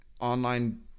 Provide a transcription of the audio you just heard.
online